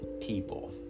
people